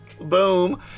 Boom